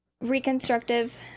reconstructive